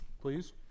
Please